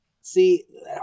See